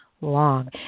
Long